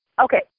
okay